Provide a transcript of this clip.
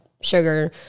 sugar